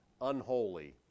unholy